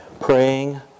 praying